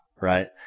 right